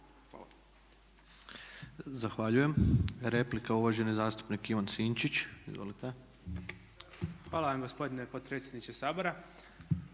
Hvala